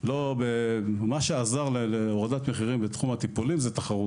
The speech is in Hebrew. מה שעזר להורדת המחירים בתחום הטיפולים זאת התחרות.